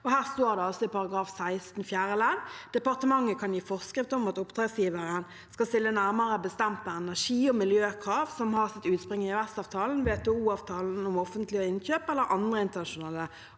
Her står det i § 16 fjerde ledd: «Departementet kan gi forskrift om at oppdragsgiveren skal stille nærmere bestemte energiog miljøkrav som har sitt utspring i EØS-avtalen, WTO-avtalen om offentlige innkjøp eller andre internasjonale